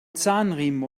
zahnriemen